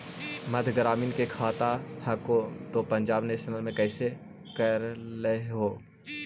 मध्य ग्रामीण मे खाता हको तौ पंजाब नेशनल पर कैसे करैलहो हे?